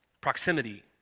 proximity